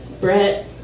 Brett